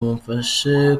mumfashe